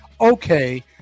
okay